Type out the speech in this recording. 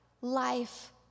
life